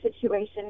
situation